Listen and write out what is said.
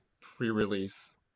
pre-release